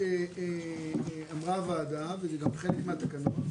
אמרה הוועדה, וזה גם חלק מהתקנות,